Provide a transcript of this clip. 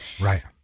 Right